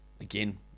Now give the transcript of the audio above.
again